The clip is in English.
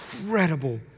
incredible